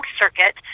circuit